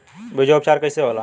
बीजो उपचार कईसे होला?